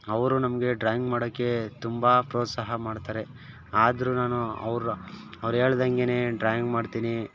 ಅವರು ನಮಗೆ ಡ್ರಾಯಿಂಗ್ ಮಾಡೋಕೆ ತುಂಬ ಪ್ರೋತ್ಸಾಹ ಮಾಡ್ತಾರೆ ಆದರೂ ನಾನು ಅವರ ಅವ್ರು ಹೇಳ್ದಂಗೇ ಡ್ರಾಯಿಂಗ್ ಮಾಡ್ತೀನಿ